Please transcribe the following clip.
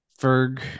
Ferg